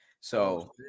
So-